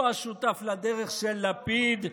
לא השותף לדרך של לפיד,